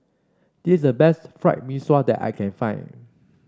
this the best Fried Mee Sua that I can find